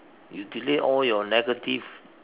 you delete all your negative